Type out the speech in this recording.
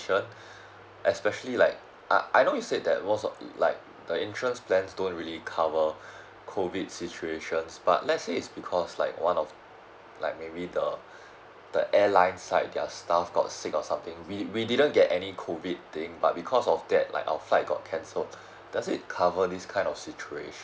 especially like I I know you said that most of the like the insurance plans don't really cover COVID situations but let's say it's because like one of like maybe the uh the airline side their staff got sick or something we we didn't get any COVID thing but because of that like our flight got cancelled does it cover this kind of situation